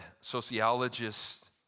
sociologists